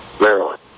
Maryland